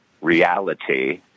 reality